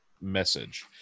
message